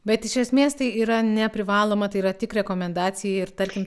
bet iš esmės tai yra neprivaloma tai yra tik rekomendacija ir tarkim